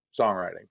songwriting